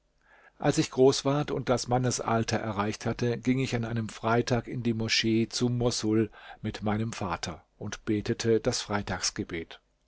als ich groß ward und das mannesalter erreicht hatte ging ich an einem freitag in die moschee zu mossul mit meinem vater und betete das freitagsgebet